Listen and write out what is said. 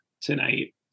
tonight